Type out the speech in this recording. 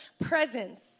presence